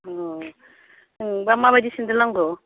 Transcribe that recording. अह नोंनोबा माबादि सेन्देल नांगौ